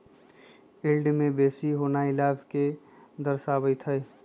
yield के बेशी होनाइ लाभ के दरश्बइत हइ